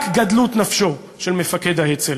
רק גדלות נפשו של מפקד האצ"ל,